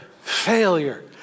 failure